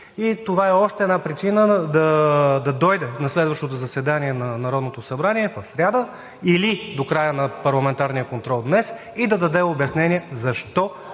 това е още една причина да дойде на следващото заседание на Народното събрание – в сряда или до края на парламентарния контрол днес, и да даде обяснение защо